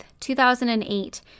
2008